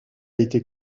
été